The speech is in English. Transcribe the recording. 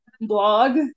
blog